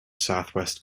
southwest